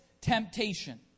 Temptation